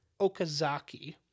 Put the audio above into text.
Okazaki